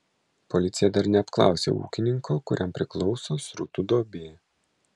policija dar neapklausė ūkininko kuriam priklauso srutų duobė